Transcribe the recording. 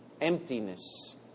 Emptiness